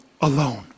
alone